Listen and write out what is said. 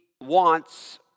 wants